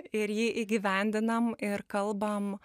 ir jį įgyvendinam ir kalbam